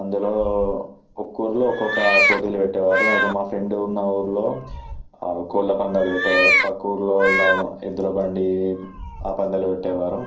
అందులో ఒక్క ఊరులో ఒక్కొక్క పోటీలు పెట్టేవారు అయితే మా ఫ్రెండ్ ఉన్న ఊరిలో కోళ్ల పందాలు పెట్టే వాళ్ళు పక్కూరులో ఇలా ఎద్దుల బండి ఆ పందాలు పెట్టే వారు